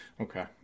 Okay